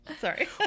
sorry